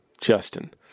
Justin